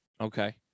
Okay